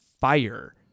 fire